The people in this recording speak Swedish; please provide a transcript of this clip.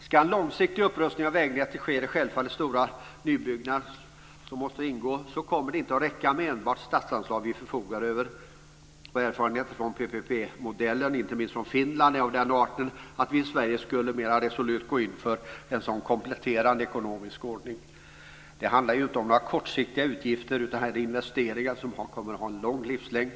Ska en långsiktig upprustning av vägnätet ske, där självfallet stora nybyggnader måste ingå, kommer det inte att räcka med enbart de statsanslag vi förfogar över. Erfarenheterna från PPP-modellen - inte minst i Finland - är av den arten att vi i Sverige mera resolut skulle gå in för en sådan kompletterande ekonomisk ordning. Det handlar ju inte om några kortsiktiga utgifter, utan här är det fråga om investeringar i något som kommer att ha en lång livslängd.